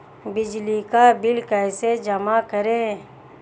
बिजली का बिल कैसे जमा करें?